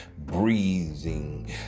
Breathing